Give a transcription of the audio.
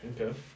Okay